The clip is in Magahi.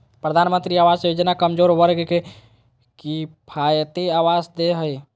प्रधानमंत्री आवास योजना कमजोर वर्ग के किफायती आवास दे हइ